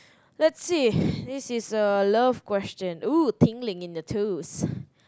let's see this is a love question !woo! tingling in the tooth